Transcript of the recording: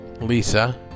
Lisa